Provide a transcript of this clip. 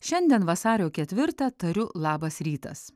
šiandien vasario ketvirtą tariu labas rytas